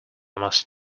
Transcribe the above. must